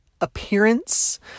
appearance